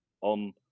on